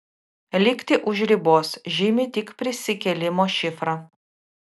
likti už ribos žymi tik prisikėlimo šifrą